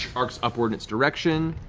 arcs upward in its direction.